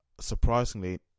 surprisingly